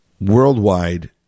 worldwide